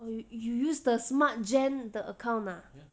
oh you you use the Smartgen the account ah